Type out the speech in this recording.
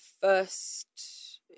first